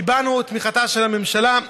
קיבלנו את תמיכתה של הממשלה.